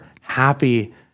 happy